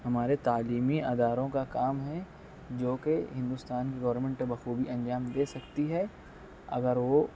ہمارے تعلیمی اداروں کا کام ہے جو کہ ہندوستان کی گورنمنٹ بخوبی انجام دے سکتی ہے اگر وہ